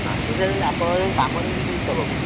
ମାସ ସାରା ଆପଣ ହିସାବ ହବ